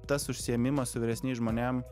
tas užsiėmimas su vyresniais žmonėm